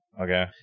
Okay